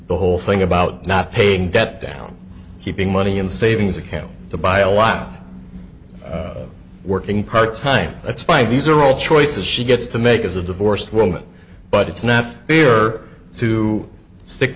the whole thing about not paying debt down keeping money in savings account to buy a lot working part time that's fine these are all choices she gets to make as a divorced woman but it's not fair to stick